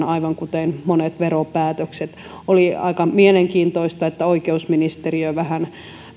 aivan kuten monet veropäätökset oli aika mielenkiintoista että oikeusministeriö vähän